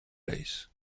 days